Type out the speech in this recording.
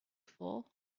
for